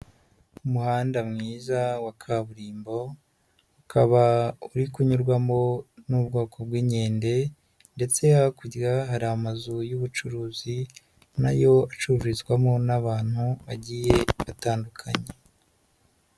Umuhanda mwiza wa kaburimbo, ukaba uri kunyurwamo n'ubwoko bw'inkende ndetse hakurya hari amazu y'ubucuruzi na yo acururizwamo n'abantu bagiye batandukanye.